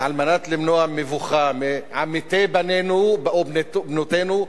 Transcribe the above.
כדי למנוע מבוכה מעמיתי בנינו ובנותינו,